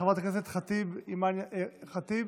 חברת הכנסת אימאן ח'טיב,